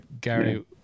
Gary –